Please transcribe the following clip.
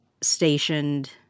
stationed